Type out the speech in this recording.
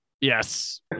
Yes